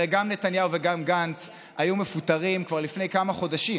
הרי גם נתניהו וגם גנץ היו מפוטרים כבר לפני כמה חודשים.